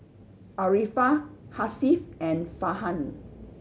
Arifa Hasif and Farhan